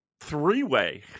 three-way